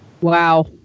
Wow